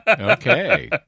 okay